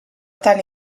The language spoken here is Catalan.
tant